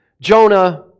Jonah